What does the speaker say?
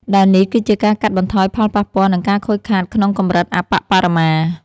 ដែលនេះគឺជាការកាត់បន្ថយផលប៉ះពាល់ និងការខូចខាតក្នុងកម្រិតអប្បបរមា។